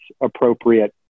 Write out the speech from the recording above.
appropriate